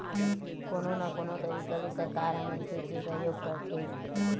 कोनो न कोनो तरिका ले सरकार ह मनखे के सहयोग करथे